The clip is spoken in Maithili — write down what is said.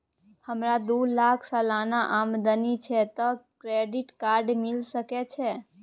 हमरा दू लाख सालाना आमदनी छै त क्रेडिट कार्ड मिल सके छै?